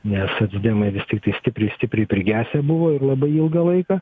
nes socdemai vis tiek stipriai stipriai prigesę buvo ir labai ilgą laiką